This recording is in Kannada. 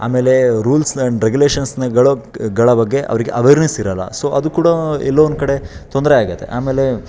ಆಮೇಲೆ ರೂಲ್ಸ್ ಎಂಡ್ ರೆಗ್ಯುಲೇಷನ್ಸ್ನೆಗಳು ಗಳ ಬಗ್ಗೆ ಅವ್ರಿಗೆ ಅವೇರ್ನೆಸ್ ಇರೋಲ್ಲ ಸೊ ಅದು ಕೂಡ ಎಲ್ಲೋ ಒಂದು ಕಡೆ ತೊಂದರೆ ಆಗುತ್ತೆ ಆಮೇಲೆ